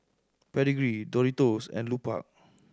Pedigree Doritos and Lupark